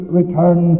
return